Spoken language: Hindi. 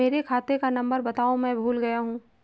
मेरे खाते का नंबर बताओ मैं भूल गया हूं